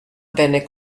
venne